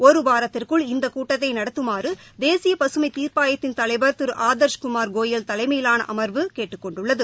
ஒருவாரத்திற்குள் இந்த கூட்டத்தை நடத்துமாறு தேசிய பசுமை தீர்ப்பாயத்தின் தலைவர் திரு ஆதர்ஷ் குமார் கோயல் தலைமையிலான அமர்வு கேட்டுக்கொண்டுள்ளது